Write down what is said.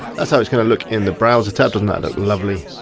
that's how it's gonna look in the browser tab, doesn't that lovely.